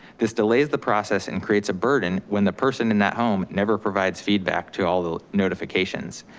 this delays the process and creates a burden when the person in that home never provides feedback to all the notifications.